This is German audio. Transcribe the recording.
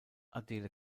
adele